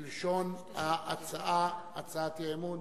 כלשון הצעת האי-אמון.